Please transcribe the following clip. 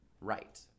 right